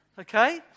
Okay